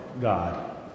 God